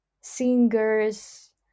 singers